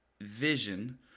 vision